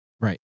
Right